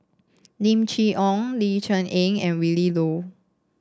Lim Chee Onn Ling Cher Eng and Willin Low